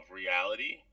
reality